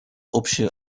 общую